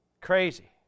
Crazy